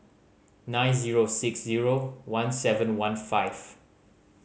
nine zero six zero one seven one five